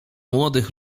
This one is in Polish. młodych